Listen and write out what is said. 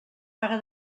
paga